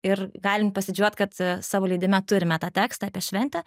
ir galim pasididžiuot kad savo leidime turime tą tekstą apie šventę